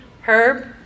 Herb